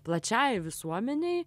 plačiajai visuomenei